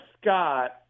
Scott